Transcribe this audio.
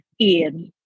Ian